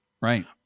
Right